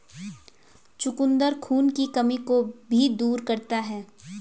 चुकंदर खून की कमी को भी दूर करता है